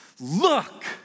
Look